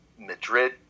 Madrid